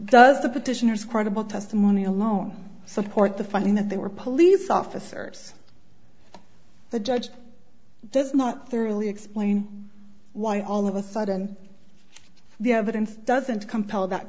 does the petitioners credible testimony alone support the finding that they were police officers the judge does not thoroughly explain why all of a sudden the evidence doesn't compel that